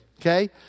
okay